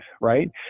right